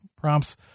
prompts